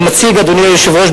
אדוני היושב-ראש,